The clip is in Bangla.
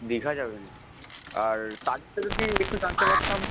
দীঘা যাবেন আর তারিখটা যদি একটু জানতে পারতাম